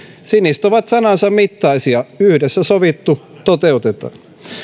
siniset ovat sanansa mittaisia yhdessä sovittu toteutetaan